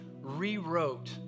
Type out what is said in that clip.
rewrote